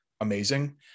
amazing